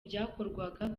byakorwaga